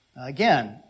Again